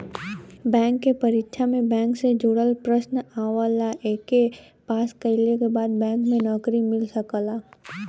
bank के परीक्षा में बैंक से जुड़ल प्रश्न आवला एके पास कइले के बाद बैंक में नौकरी मिल सकला